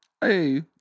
Hey